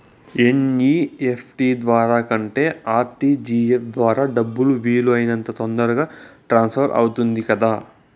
NEFT ద్వారా కంటే RTGS ద్వారా డబ్బు వీలు అయినంత తొందరగా ట్రాన్స్ఫర్ అవుతుంది కదా